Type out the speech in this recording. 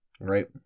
Right